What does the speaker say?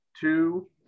two